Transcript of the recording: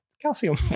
calcium